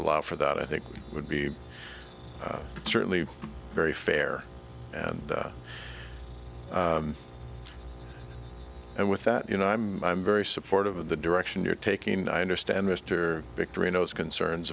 allow for that i think would be certainly very fair and and with that you know i'm i'm very supportive of the direction you're taking i understand mr victory in those concerns